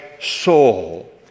soul